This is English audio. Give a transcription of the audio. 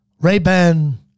Ray-Ban